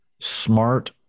smart